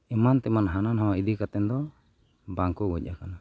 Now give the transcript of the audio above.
ᱮᱢᱟᱱᱼᱛᱮᱢᱟᱱ ᱦᱟᱱᱟᱼᱱᱷᱟᱣᱟ ᱤᱫᱤ ᱠᱟᱛᱮᱫ ᱫᱚ ᱵᱟᱝᱠᱚ ᱜᱚᱡ ᱟᱠᱟᱱᱟ